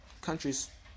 countries